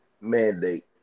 mandate